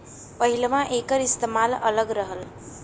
पहिलवां एकर इस्तेमाल अलग रहल